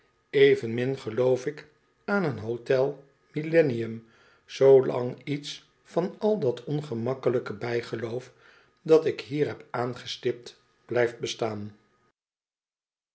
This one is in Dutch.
evenmin geloof ik aan een hotel millenium zoolang iets van al dat ongemakkelijke bijgeloof dat ik hier heb aangestipt blijft bestaan